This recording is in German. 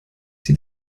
sie